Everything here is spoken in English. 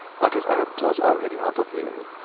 but his aunt was already out of hearing.